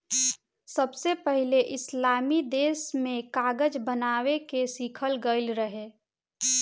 सबसे पहिले इस्लामी देश में कागज बनावे के सिखल गईल रहे